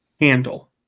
handle